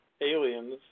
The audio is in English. aliens